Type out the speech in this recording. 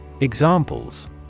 Examples